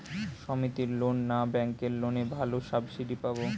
সমিতির লোন না ব্যাঙ্কের লোনে ভালো সাবসিডি পাব?